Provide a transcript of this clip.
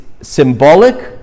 symbolic